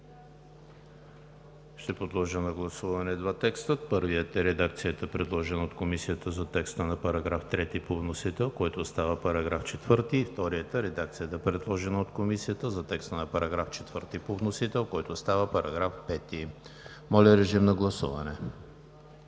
Моля, режим на гласуване